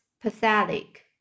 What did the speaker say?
pathetic